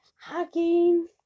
hugging